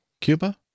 Cuba